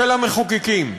של המחוקקים.